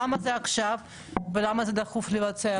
למה זה עכשיו ולמה זה דחוף עכשיו?